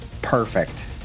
Perfect